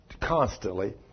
constantly